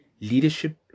Leadership